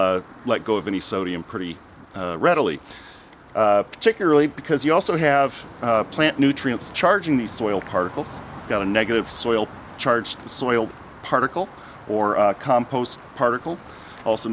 let go of any sodium pretty readily particularly because you also have plant nutrients charging the soil particles got a negative soil charged soil particle or a compost particle also